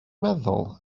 meddwl